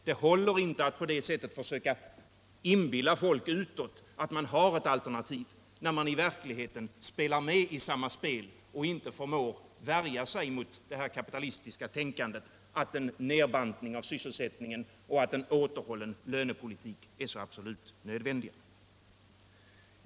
Det håller inte att på det sättet försöka inbilla folk utåt att man har ett alternativ, när man i verkligheten spelar med i samma spel och inte förmår värja sig mot det kapitalistiska tänkandet att en nedbantning av sysselsättningen och en återhållen lönepolitik är absolut nödvändigt.